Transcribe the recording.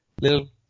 little